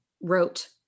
wrote